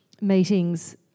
meetings